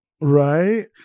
Right